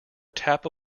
tap